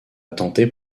tenter